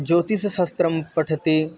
ज्योतिषशास्त्रं पठति